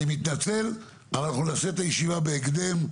אני מתנצל, אנחנו נעשה ישיבה בהקדם.